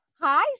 Hi